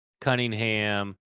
Cunningham